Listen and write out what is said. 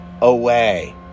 away